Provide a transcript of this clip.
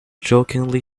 jokingly